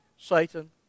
Satan